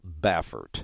Baffert